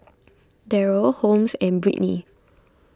Darryl Holmes and Brittney